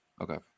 okay